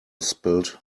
spilt